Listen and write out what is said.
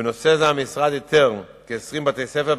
ובנושא זה המשרד איתר כ-20 בתי-ספר,